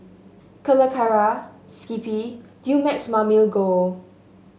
Calacara Skippy Dumex Mamil Gold